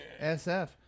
SF